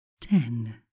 ten